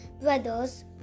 brothers